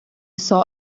saw